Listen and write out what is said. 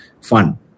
fun